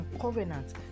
covenant